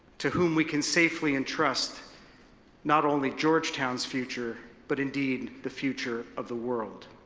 to whom we can safely entrust not only georgetown's future, but indeed, the future of the world.